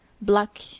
black